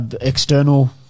external